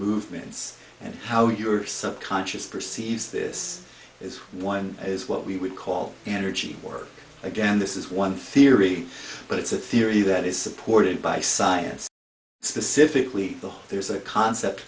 movements and how your subconscious perceives this is one is what we call energy or again this is one theory but it's a theory that is supported by science specifically the there's a concept